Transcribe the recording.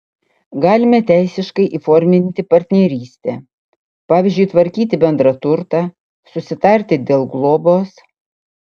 galime teisiškai įforminti partnerystę pavyzdžiui tvarkyti bendrą turtą susitarti dėl globos